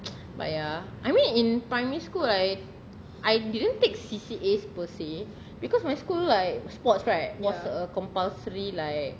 but ya I mean in primary school right I didn't take C_C_A per se because my school like sports right was a compulsory like